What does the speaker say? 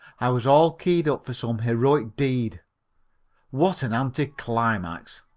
i was all keyed up for some heroic deed what an anti-climax!